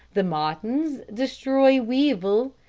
the martins destroy weevil,